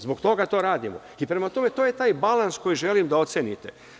Zbog toga to radimo i prema tome to je taj balans koji želim da ocenite.